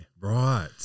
Right